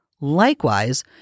Likewise